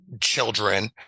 children